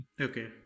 Okay